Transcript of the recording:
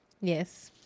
yes